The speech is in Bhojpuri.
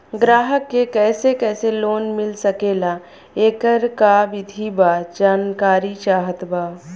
ग्राहक के कैसे कैसे लोन मिल सकेला येकर का विधि बा जानकारी चाहत बा?